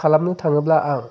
खालामनो थाङोब्ला आं